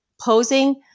posing